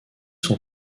sont